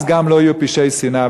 אז גם לא יהיו פשעי שנאה.